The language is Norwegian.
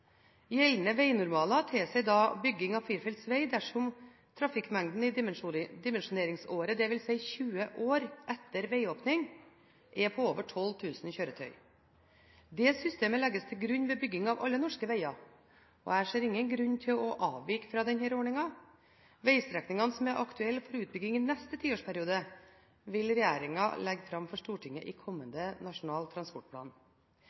Gjeldende vegnormaler tilsier bygging av firefelts veg dersom trafikkmengden i dimensjoneringsåret, dvs. 20 år etter vegåpning, er på over 12 000 kjøretøy. Det systemet legges til grunn ved bygging av alle norske veger, og jeg ser ingen grunn til å avvike fra denne ordningen. Vegstrekningene som er aktuelle for utbygging i neste tiårsperiode, vil regjeringen legge fram for Stortinget i kommende Nasjonal transportplan.